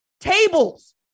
tables